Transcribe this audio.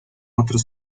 otros